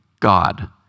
God